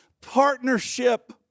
partnership